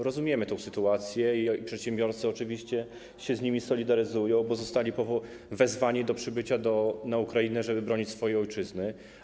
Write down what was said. Rozumiemy tę sytuację i przedsiębiorcy oczywiście się z nimi solidaryzują, bo zostali oni wezwani do przybycia na Ukrainę, żeby bronić swojej ojczyzny.